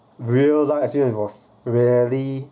real lah actually I was rarely